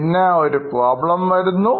പിന്നെ ഒരു പ്രോബ്ലം വരുന്നു